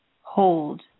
hold